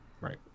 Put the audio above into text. Right